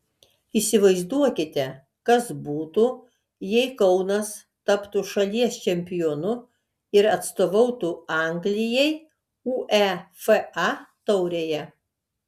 įsivaizduokite kas būtų jei kaunas taptų šalies čempionu ir atstovautų anglijai uefa taurėje